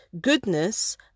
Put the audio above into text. goodness